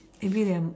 maybe I am